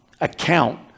account